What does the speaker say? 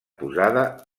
posada